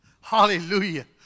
Hallelujah